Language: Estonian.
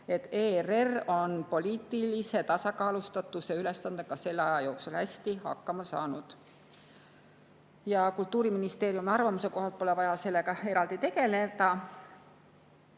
et ERR on poliitilise tasakaalustatuse ülesandega selle aja jooksul hästi hakkama saanud. Kultuuriministeeriumi arvamuse kohaselt pole vaja sellega eraldi tegeleda.